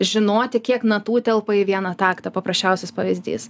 žinoti kiek natų telpa į vieną taktą paprasčiausias pavyzdys